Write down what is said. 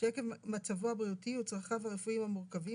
שעקב מצבו הבריאותי וצרכיו הרפואיים המורכבים,